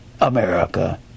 America